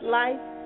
life